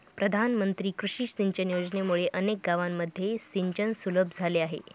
प्रधानमंत्री कृषी सिंचन योजनेमुळे अनेक गावांमध्ये सिंचन सुलभ झाले आहे